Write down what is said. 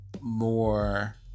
more